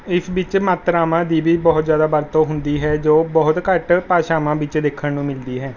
ਇਸ ਵਿੱਚ ਮਾਤਰਾਵਾਂ ਦੀ ਵੀ ਬਹੁਤ ਜ਼ਿਆਦਾ ਵਰਤੋਂ ਹੁੰਦੀ ਹੈ ਜੋ ਬਹੁਤ ਘੱਟ ਭਾਸ਼ਾਵਾਂ ਵਿੱਚ ਵੇਖਣ ਨੂੰ ਮਿਲਦੀ ਹੈ